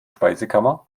speisekammer